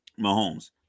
Mahomes